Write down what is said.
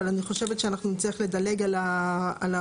אבל אני חושבת שאנחנו נצטרך לדלג על ההוראות,